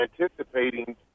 anticipating